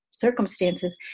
Circumstances